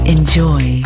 Enjoy